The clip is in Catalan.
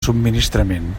subministrament